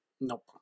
Nope